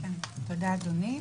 תודה, אדוני.